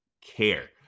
care